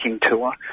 tour